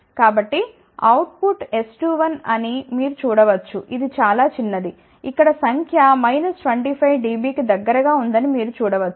కాబట్టిఅవుట్ పుట్ S21అని మీరు చూడ వచ్చుఇదిచాలా చాలా చిన్నది ఇక్కడ సంఖ్య మైనస్ 25 dB కి దగ్గరగా ఉందని మీరు చూడ వచ్చు